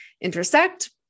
intersect